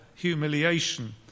humiliation